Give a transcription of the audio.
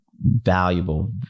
valuable